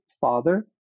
Father